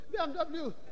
BMW